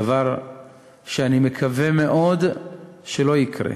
דבר שאני מקווה מאוד שלא יקרה,